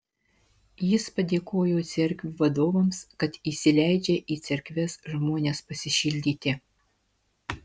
jis padėkojo cerkvių vadovams kad įsileidžia į cerkves žmones pasišildyti